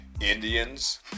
Indians